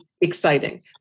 Exciting